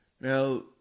now